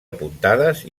apuntades